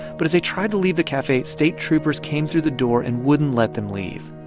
but as they tried to leave the cafe, state troopers came through the door and wouldn't let them leave.